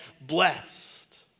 blessed